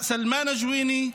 סלמאן אלג'וויני,